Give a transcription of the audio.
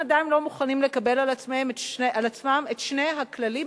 הם עדיין לא מוכנים לקבל על עצמם את שני הכללים,